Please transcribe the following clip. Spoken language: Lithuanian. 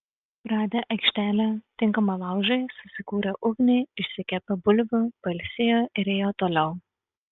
radę aikštelę tinkamą laužui susikūrė ugnį išsikepė bulvių pailsėjo ir ėjo toliau